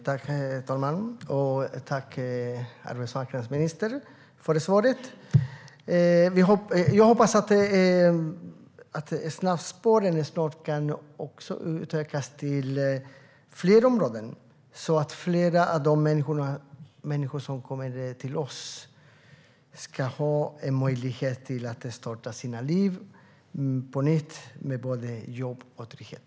Herr talman! Tack, arbetsmarknadsministern för svaret! Jag hoppas att snabbspåren snart kan utökas till fler områden, så att fler av de människor som kommer till oss har möjlighet att starta sitt liv på nytt, med både jobb och trygghet.